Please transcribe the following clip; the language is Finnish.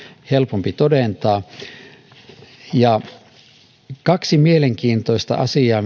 helpompi todentaa tässä esityksessä on kaksi mielenkiintoista asiaa